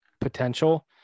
potential